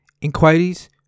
inquiries